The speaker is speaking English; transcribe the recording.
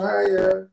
Higher